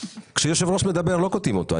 כשהיושב ראש מדבר, לא קוטעים אותו.